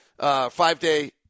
five-day